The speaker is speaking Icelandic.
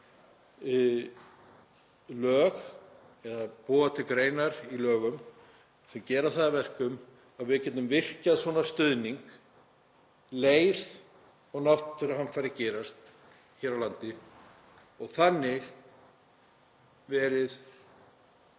lög eða búa til greinar í lögum sem gera það að verkum að við getum virkjað svona stuðning um leið og náttúruhamfarir verða hér á landi og þannig verið